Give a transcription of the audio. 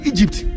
Egypt